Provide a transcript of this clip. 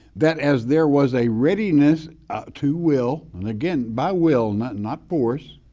that as there was a readiness to will. and again, by will not not force,